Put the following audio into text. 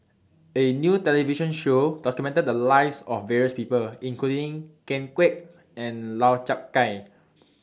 A New television Show documented The Lives of various People including Ken Kwek and Lau Chiap Khai